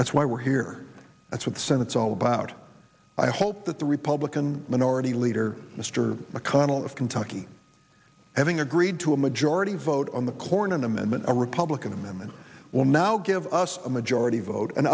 that's why we're here that's what the senate's all about i hope that the republican minority leader mr mcconnell of kentucky having agreed to a majority vote on the cornyn amendment a republican amendment will now give us a majority vote an